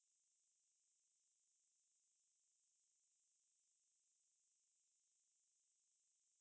so after that if they are like they know they they want to play this game right then they can take it from them the captain